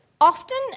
Often